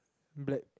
black